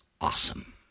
awesome